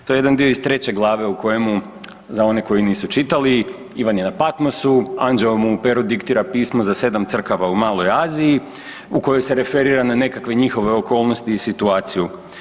To je jedan dio iz 3. glave, u kojemu, za one koji nisu čitali, Ivan je na Patmosu, anđeo mu u pero diktira pismo za 7 crkava u Maloj Aziji, u kojoj se referira na nekakve njihove okolnosti i situaciju.